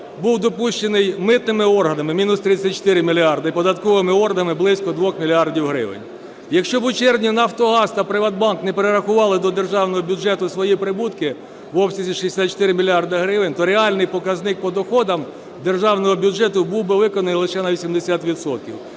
був допущений митними органами – мінус 34 мільярди, і податковими органами – близько 2 мільярдів гривень. Якщо б у червні "Нафтогаз" та "Приватбанк" не перерахували до Державного бюджету свої прибутки в обсязі 64 мільярди гривень, то реальний показник по доходам державного бюджету був би виконаний лише на 80